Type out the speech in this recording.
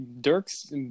Dirk's